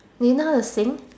do you know how to sing